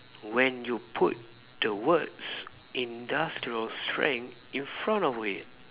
when you put the words industrial strength in front of it